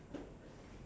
ya ah